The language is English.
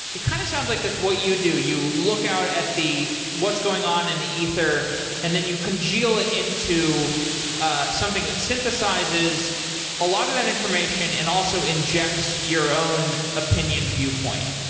it kind of sounds like that's what you do, you look out at the what's going on in the ether and then you congeal into ah something that synthesizes a lot of that information and also injects your own opinion viewpoint.